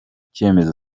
cyemezo